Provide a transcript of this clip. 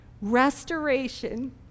Restoration